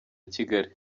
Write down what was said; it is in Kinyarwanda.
kigali